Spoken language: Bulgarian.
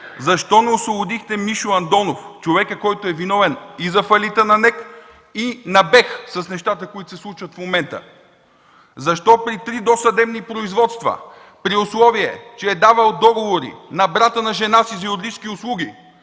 защо не освободихте Мишо Андонов, човекът, който е виновен и за фалита на НЕК, и на БЕХ – нещата, които се случват в момента? Защо при три досъдебни производства, при условие че е давал договори на брата на жена си за юридически услуги,